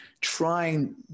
trying